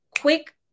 quick